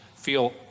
feel